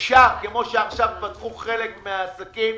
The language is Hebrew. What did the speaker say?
כמו שעכשיו פתחו חלק מהעסקים.